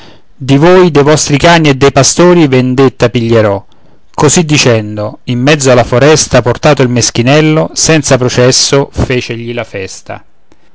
di voi dei vostri cani e dei pastori vendetta piglierò così dicendo in mezzo alla foresta portato il meschinello senza processo fecegli la festa